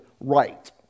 right